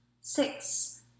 Six